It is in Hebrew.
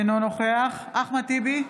אינו נוכח אחמד טיבי,